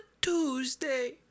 Tuesday